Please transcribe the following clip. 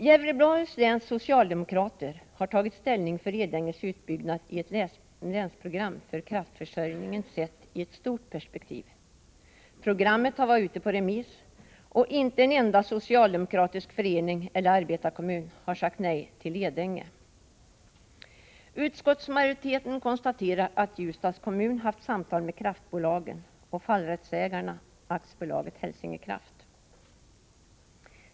Gävleborgs läns socialdemokrater har tagit ställning för Edänges utbyggnad i ett länsprogram för kraftförsörjningen sett i ett stort perspektiv. Programmet har varit ute på remiss, och inte en enda socialdemokratisk förening eller arbetarekommun har sagt nej till Edänge. Utskottsmajoriteten konstaterar att Ljusdals kommun har haft samtal med kraftbolaget och fallrättsägaren AB Hälsingekraft.